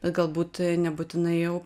bet galbūt nebūtinai jau